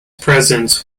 presence